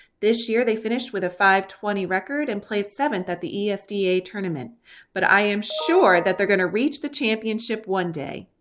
this year they finished with a five twenty record and placed seventh at the esda tournament but i am sure that they're gonna reach the championship one day.